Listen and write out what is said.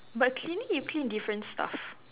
but cleaning you clean different stuff